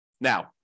Now